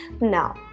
Now